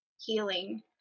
healing